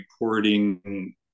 reporting